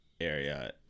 area